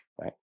right